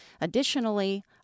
Additionally